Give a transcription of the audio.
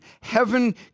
heaven